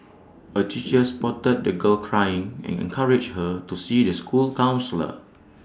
A teacher spotted the girl crying and encouraged her to see the school counsellor